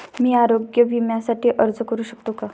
मी आरोग्य विम्यासाठी अर्ज करू शकतो का?